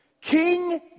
King